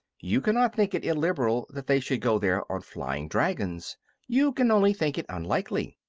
you cannot think it illiberal that they should go there on flying dragons you can only think it unlikely.